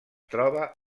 troba